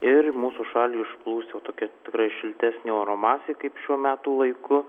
ir mūsų šalį užplūs jau tokia tikrai šiltesnė oro masė kaip šiuo metų laiku